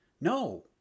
No